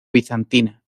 bizantina